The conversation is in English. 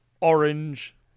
orange